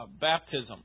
baptism